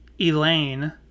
Elaine